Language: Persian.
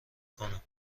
کنم